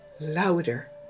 louder